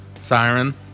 siren